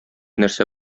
нәрсә